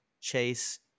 Chase